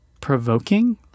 provoking